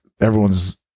everyone's